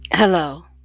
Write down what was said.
Hello